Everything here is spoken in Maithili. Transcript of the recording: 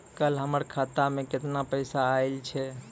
कल हमर खाता मैं केतना पैसा आइल छै?